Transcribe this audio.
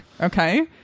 Okay